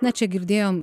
na čia girdėjom